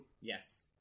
Yes